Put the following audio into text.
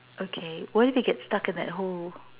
okay what if you get stuck in that hole